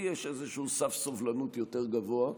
לי יש איזשהו סף סובלנות יותר גבוה,